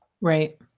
Right